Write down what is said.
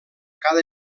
cada